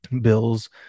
Bills